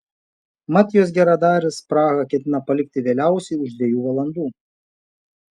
mat jos geradarys prahą ketina palikti vėliausiai už dviejų valandų